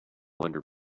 under